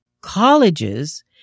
colleges